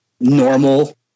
normal